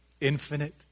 infinite